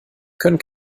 können